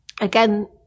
Again